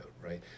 right